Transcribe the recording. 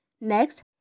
Next